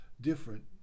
different